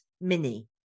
mini